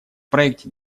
проекте